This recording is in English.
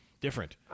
different